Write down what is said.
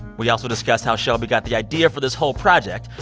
we also discussed how shelby got the idea for this whole project,